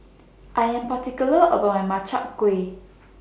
I Am particular about My Makchang Gui